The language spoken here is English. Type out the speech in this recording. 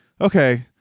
okay